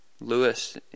Lewis